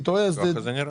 ככה זה נראה.